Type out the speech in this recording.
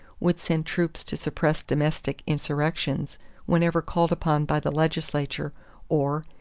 would send troops to suppress domestic insurrections whenever called upon by the legislature or,